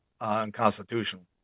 unconstitutional